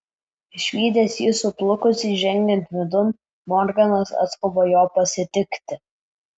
išvydęs jį suplukusį žengiant vidun morganas atskuba jo pasitikti